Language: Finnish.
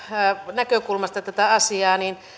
näkökulmasta tätä asiaa niin